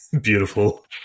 Beautiful